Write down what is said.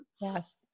Yes